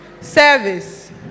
Service